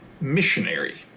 Missionary